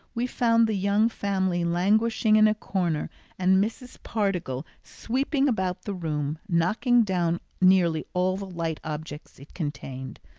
we found the young family languishing in a corner and mrs. pardiggle sweeping about the room, knocking down nearly all the light objects it contained.